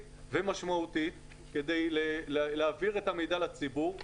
ומשמעותית כדי להעביר את המידע לציבור.